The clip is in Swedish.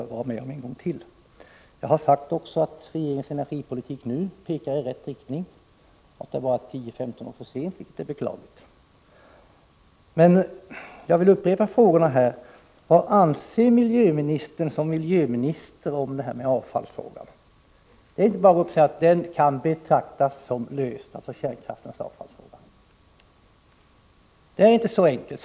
Jag har också sagt att regeringens energipolitik nu pekar i rätt riktning; den kom bara 10-15 år för sent, vilket är beklagligt. Jag vill upprepa mina frågor: Vad anser miljöministern som miljöminister om kärnkraftens avfallsfråga? Det går inte att bara säga att problemet kan betraktas som löst. Det är inte så enkelt.